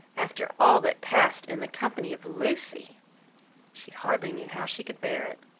after all that passed, in the company of lucy she hardly knew how she could bear it!